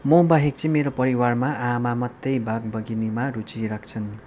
मबाहेक चाहिँ मेरो परिवारमा आमा मात्रै बाग बगिनीमा रुचि राख्छ्न्